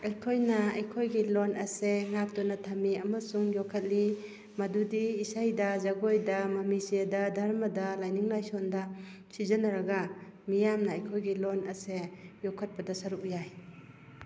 ꯑꯩꯈꯣꯏꯅ ꯑꯩꯈꯣꯏꯒꯤ ꯂꯣꯟ ꯑꯁꯦ ꯉꯥꯛꯇꯨꯅ ꯊꯝꯃꯤ ꯑꯃꯁꯨꯡ ꯌꯣꯛꯈꯠꯂꯤ ꯃꯗꯨꯗꯤ ꯏꯁꯩꯗ ꯖꯒꯣꯏꯗ ꯃꯃꯤꯆꯦꯗ ꯙꯔꯃꯗ ꯂꯥꯏꯅꯤꯡ ꯂꯥꯏꯁꯣꯟꯗ ꯁꯤꯖꯤꯟꯅꯔꯒ ꯃꯤꯌꯥꯝꯅ ꯑꯩꯈꯣꯏꯒꯤ ꯂꯣꯟ ꯑꯁꯦ ꯌꯣꯛꯈꯠꯄꯗ ꯁꯔꯨꯛ ꯌꯥꯏ